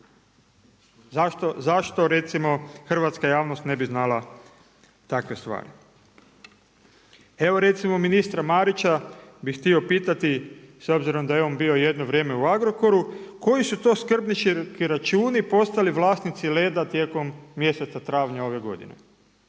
Zašto recimo hrvatska javnost ne bi znala takve stvari? Evo recimo ministra Marića bih htio pitati s obzirom da je on bio jedno vrijeme u Agrokoru koji su to skrbnički računi postali vlasnici Leda tijekom mjeseca travnja ove godine?